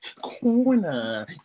corner